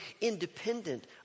independent